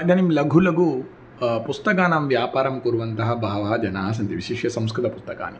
इदानीं लघु लघु पुस्तकानां व्यापारं कुर्वन्तः बहवः जनाः सन्ति विशिष्य संस्कृत पुस्तकानि